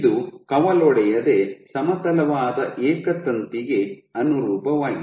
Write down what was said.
ಇದು ಕವಲೊಡೆಯದೆ ಸಮತಲವಾದ ಏಕ ತಂತಿಗೆ ಅನುರೂಪವಾಗಿದೆ